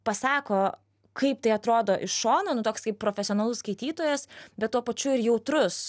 pasako kaip tai atrodo iš šono nu toksai profesionalus skaitytojas bet tuo pačiu ir jautrus